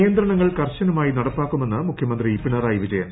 നിയന്ത്രണങ്ങൾ കർശനമായി നടപ്പാക്കു്മെന്ന് മുഖ്യമന്ത്രി പിണറായി വിജയൻ